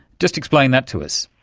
just explain that to us.